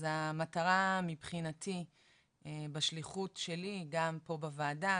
אז המטרה מבחינתי בשליחות שלי גם פה בוועדה,